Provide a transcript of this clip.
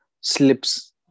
slips